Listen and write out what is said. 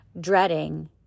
dreading